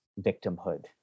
victimhood